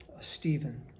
Stephen